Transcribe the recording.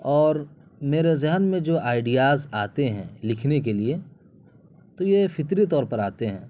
اور میرے ذہن میں جو آئیڈیاز آتے ہیں لکھنے کے لیے تو یہ فطری طور پر آتے ہیں